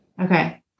Okay